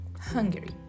Hungary